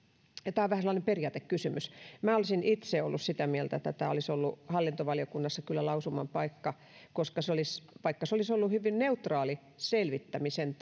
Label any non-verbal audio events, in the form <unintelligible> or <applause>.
tämä on vähän sellainen periaatekysymys minä olisin itse ollut sitä mieltä että tämä olisi ollut hallintovaliokunnassa kyllä lausuman paikka vaikka hyvin neutraali selvittämisen <unintelligible>